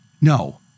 No